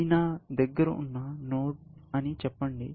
ఇది నా దగ్గర ఉన్న నోడ్ అని చెప్పండి